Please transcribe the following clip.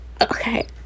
okay